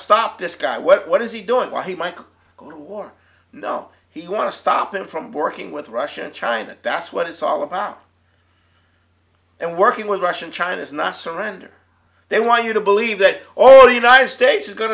stop this guy what is he doing what he michael wore no he want to stop him from working with russia and china that's what it's all about and working with russia and china is not surrender they want you to believe that all united states is going